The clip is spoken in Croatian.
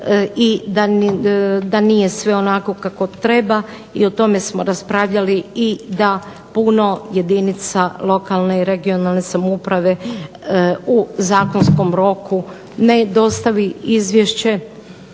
i da nije sve onako kako treba i o tome smo raspravljali i da puno jedinica lokalne i područne (regionalne) samouprave u zakonskom roku ne dostavi izvješće.